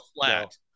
flat